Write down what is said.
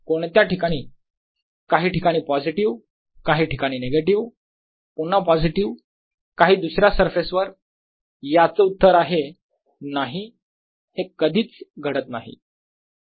कोणत्या ठिकाणी काही ठिकाणी पॉझिटिव्ह काही ठिकाणी नेगेटिव पुन्हा पॉझिटिव्ह काही दुसऱ्या सरफेसवर याचं उत्तर आहे नाही हे कधीच घडत नाही